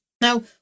Now